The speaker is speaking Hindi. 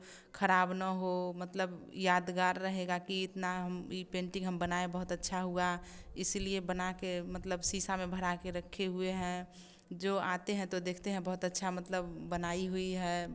खराब ना हो मतलब यादगार रहेगा कि इतना हम यह पेंटिंग हम बनाएँ बहुत अच्छा हुआ इसलिए बना के मतलब शीशा में भरा के रखे हुए हैं जो आते हैं तो देखते हैं बहुत अच्छा मतलब बनाई हुई है